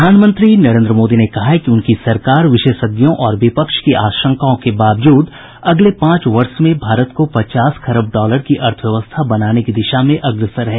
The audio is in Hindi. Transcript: प्रधानमंत्री नरेन्द्र मोदी ने कहा है कि उनकी सरकार विशेषज्ञों और विपक्ष की आशंकाओं के बावजूद अगले पांच वर्ष में भारत को पचास खरब डॉलर की अर्थव्यवस्था बनाने की दिशा में अग्रसर है